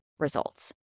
results